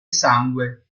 sangue